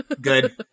Good